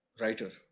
writer